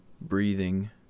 breathing